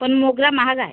पण मोगरा महाग आहे